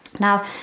Now